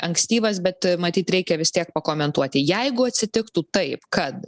ankstyvas bet matyt reikia vis tiek pakomentuoti jeigu atsitiktų taip kad